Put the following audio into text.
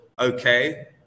okay